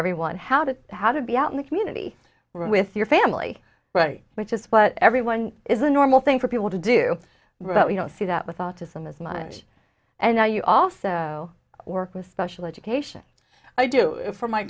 everyone how to how to be out in the community with your family right which is but everyone is a normal thing for people to do but we don't see that with autism as much and now you also work with special education i do for my